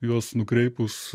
juos nukreipus